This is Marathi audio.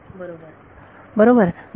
विद्यार्थी बरोबर बरोबर